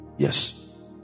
Yes